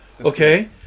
Okay